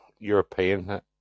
European